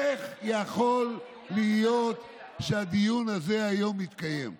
איך יכול להיות שהדיון הזה מתקיים היום.